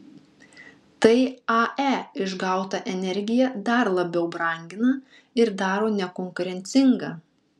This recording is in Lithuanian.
tai ae išgautą energiją dar labiau brangina ir daro nekonkurencingą